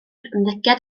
ymddygiad